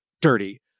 dirty